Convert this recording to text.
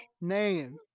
name